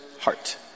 heart